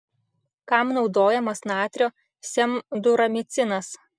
kam naudojamas natrio semduramicinas